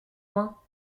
loin